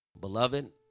Beloved